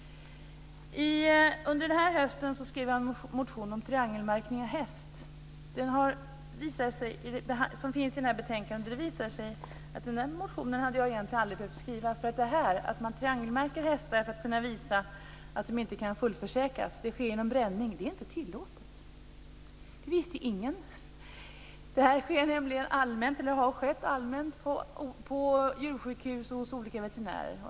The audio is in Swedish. Under hösten skrev jag en motion om triangelmärkning av häst. Det visade sig, som framgår av betänkandet, att jag inte hade behövt skriva motionen. Detta att triangelmärka hästar för att kunna visa att de inte kan fullförsäkras sker genom bränning, vilket inte är tillåtet. Det visste ingen. Det har nämligen skett allmänt på djursjukhus och hos olika veterinärer.